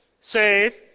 save